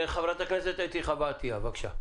חברת הכנסת אתי חוה עטייה, בבקשה.